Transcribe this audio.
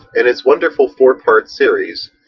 in his wonderful four part series,